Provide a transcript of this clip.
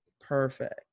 Perfect